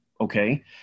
okay